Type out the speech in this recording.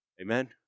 Amen